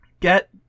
Get